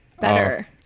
better